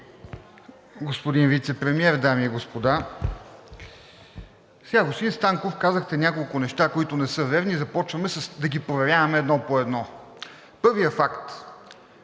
господин Вицепремиер, дами и господа! Сега, господин Станков, казахте няколко неща, които не са верни, започваме да ги проверяваме едно по едно. Първият факт,